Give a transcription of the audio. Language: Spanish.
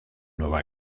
nueva